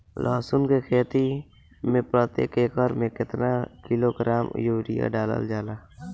लहसुन के खेती में प्रतेक एकड़ में केतना किलोग्राम यूरिया डालल जाला?